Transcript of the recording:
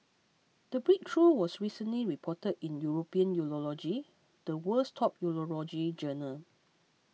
the breakthrough was recently reported in European Urology the world's top urology journal